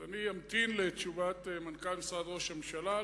אז אני אמתין לתשובת מנכ"ל משרד ראש הממשלה.